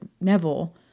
Neville